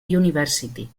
university